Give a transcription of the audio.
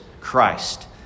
Christ